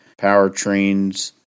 powertrains